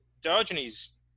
Diogenes